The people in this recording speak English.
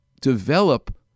develop